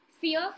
fear